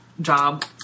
job